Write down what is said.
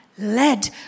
led